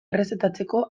errezetatzeko